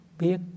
biết